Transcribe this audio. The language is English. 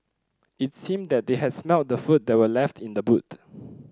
it seemed that they had smelt the food that were left in the boot